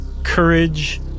courage